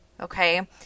okay